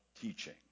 teaching